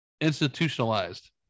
institutionalized